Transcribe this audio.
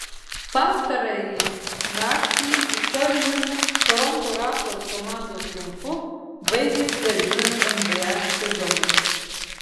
pastarąjį naktį istoriniu toronto raptors komandos triumfu baigėsi dar vienas nba sezonas